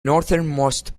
northernmost